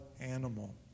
animal